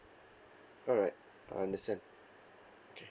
alright I understand